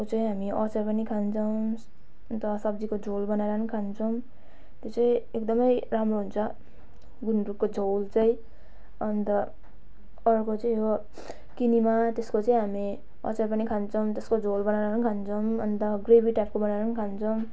त्यसको चाहिँ हामी अचार पनि खान्छौँ अनि त सब्जीको झोल बनाएर नि खान्छौँ त्यो चाहिँ एकदमै राम्रो हुन्छ गुन्द्रुकको झोल चाहिँ अनि त अर्को चाहिँ हो किनिमा त्यसको चाहिँ हामी अचार पनि खान्छौँ त्यसको झोल बनाएर पनि खान्छौँ अनि त ग्रेभी टाइपको बनाएर पनि खान्छौँ